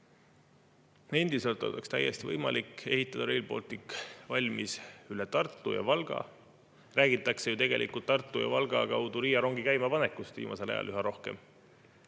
Endiselt oleks täiesti võimalik ehitada Rail Baltic valmis üle Tartu ja Valga. Räägitakse ju tegelikult Tartu ja Valga kaudu Riia rongi käimapanekust viimasel ajal üha rohkem.